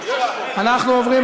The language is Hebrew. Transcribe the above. אנחנו עוברים,